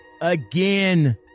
again